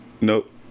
Nope